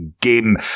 game